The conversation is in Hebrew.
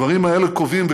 הדברים האלה קובעים.